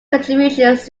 contributions